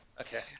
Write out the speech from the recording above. okay